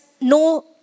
no